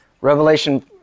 Revelation